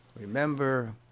Remember